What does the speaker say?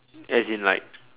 as in like